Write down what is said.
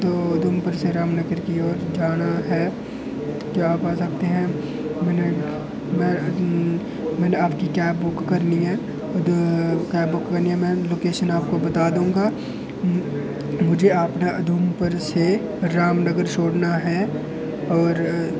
मुझे उधमपुर से रामनगर की ओर जाना है क्या आप आ सकते है मैनें आपकी कैव बुक करनी है मैं लोकेशन आप को बता दूंगा मुझे आपने उधमपुर से रामनगर छोड़ना है और